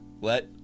Let